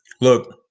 look